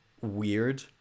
weird